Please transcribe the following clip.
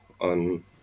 on